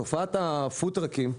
תופעת הפוד-טראקים,